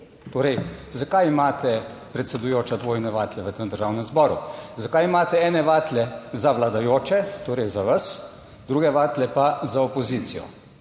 Torej, zakaj imate, predsedujoča, dvojne vatle v Državnem zboru? Zakaj imate ene vatle za vladajoče, torej za vas, druge vatle pa za opozicijo?